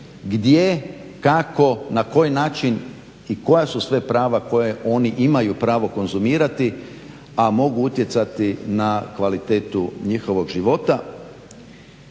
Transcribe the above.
gdje, kako, na koji način i koja su sve prava koja oni imaju pravo konzumirati, a mogu utjecati na kvalitetu njihovog života.